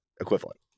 equivalent